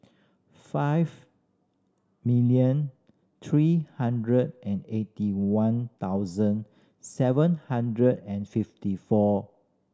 five million three hundred and eighty one thousand seven hundred and fifty four